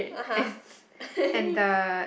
(uh huh)